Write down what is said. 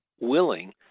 willing